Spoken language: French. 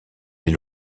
les